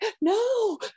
no